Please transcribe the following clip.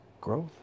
growth